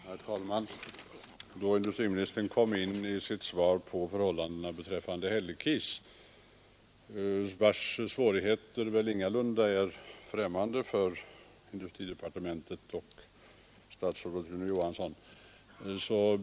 Herr talman! Industriministern kom i sitt svar in på förhållandena i Hällekis, vars svårigheter väl ingalunda är främmande för industridepartementet och statsrådet Rune Johansson.